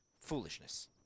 foolishness